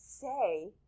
Say